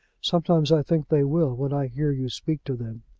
sometimes i think they will, when i hear you speak to them.